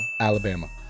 Alabama